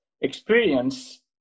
experience